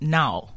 now